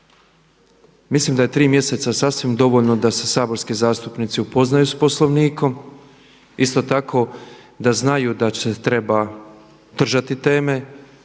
Mislim da je 3 mjeseca sasvim dovoljno da se saborski zastupnici upoznaju s Poslovnikom. Isto tako da znaju da se treba držati teme.